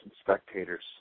spectators